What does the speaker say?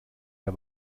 der